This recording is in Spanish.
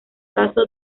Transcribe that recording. caso